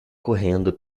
correndo